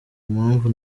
impamvu